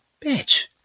bitch